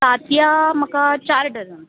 तातयां म्हाका चार डजन